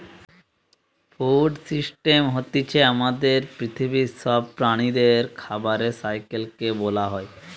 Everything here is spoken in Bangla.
ফুড সিস্টেম হতিছে আমাদের পৃথিবীর সব প্রাণীদের খাবারের সাইকেল কে বোলা হয়